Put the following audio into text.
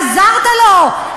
עזרת לו,